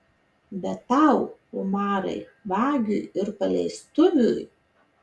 bet tau umarai vagiui ir paleistuviui